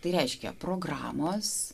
tai reiškia programos